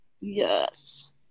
yes